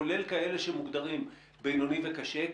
כולל כאלה שמוגדרים בינוני וקשה,